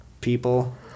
people